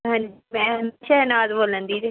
ਹਾਂਜੀ ਮੈਂ ਸ਼ਹਿਨਾਜ਼ ਬੋਲਣ ਦੀ ਜੇ